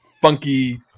funky